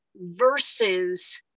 versus